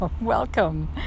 Welcome